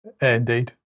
Indeed